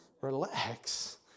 Relax